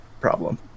problem